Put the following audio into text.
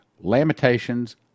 lamentations